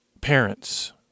parents